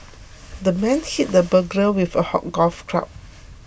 the man hit the burglar with a golf club